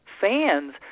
fans